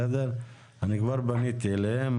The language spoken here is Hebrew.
אני פניתי אליהם,